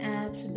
apps